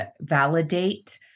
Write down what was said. validate